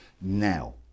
Now